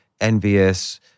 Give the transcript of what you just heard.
envious